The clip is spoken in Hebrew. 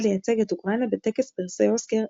לייצג את אוקראינה בטקס פרסי אוסקר ה-96.